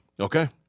Okay